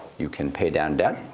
you can pay down debt,